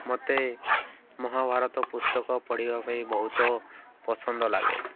ମୋତେ ମହାଭାରତ ପୁସ୍ତକ ପଢ଼ିବା ପାଇଁ ବହୁତ ପସନ୍ଦ ଲାଗେ